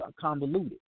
convoluted